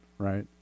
right